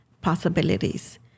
possibilities